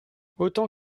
autant